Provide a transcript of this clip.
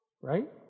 right